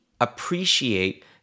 appreciate